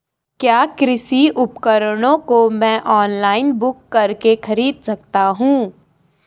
क्या कृषि उपकरणों को मैं ऑनलाइन बुक करके खरीद सकता हूँ?